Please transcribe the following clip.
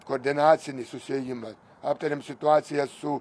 koordinacinį susiėjimą aptarėm situaciją su